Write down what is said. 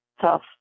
Tough